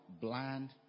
bland